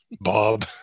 Bob